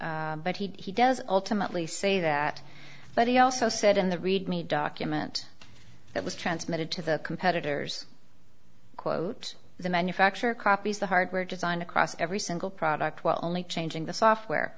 but he does ultimately say that but he also said in the read me document that was transmitted to the competitors quote the manufacturer copies the hardware design across every single product while only changing the software